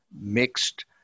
mixed